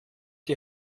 die